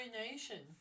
nation